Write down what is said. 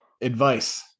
advice